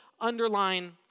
underline